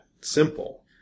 simple